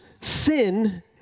sin